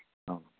ꯑꯧ